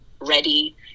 ready